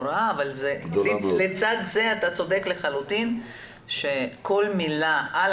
אבל לצד זה אתה צודק לחלוטין שכל מילה על